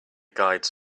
guides